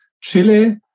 Chile